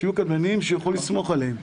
שיהיו קבלנים שהוא יכול לסמוך עליהם.